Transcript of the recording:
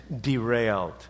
derailed